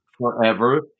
forever